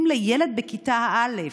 אם לילד בכיתה א'